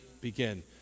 Begin